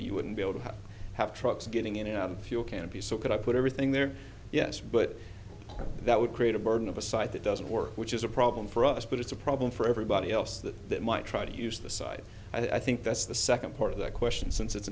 you wouldn't be able to have trucks getting in and out of fuel can be so could i put everything there yes but that would create a burden of a site that doesn't work which is a problem for us but it's a problem for everybody else that that might try to use the site i think that's the second part of that question since it's